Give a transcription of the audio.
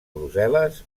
brussel·les